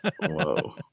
Whoa